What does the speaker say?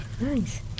nice